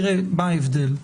תראה מה ההבדל.